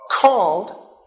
Called